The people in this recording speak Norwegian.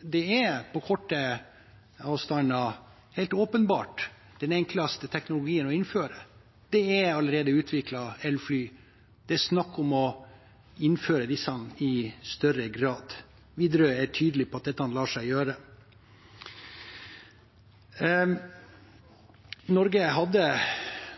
Det er på korte avstander helt åpenbart den enkleste teknologien å innføre. Det er allerede utviklet elfly. Det er snakk om å innføre disse i større grad. Widerøe er tydelig på at dette lar seg gjøre. Norge hadde,